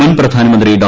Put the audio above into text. മുൻ പ്രധാനമന്ത്രി ഡോ